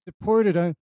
deported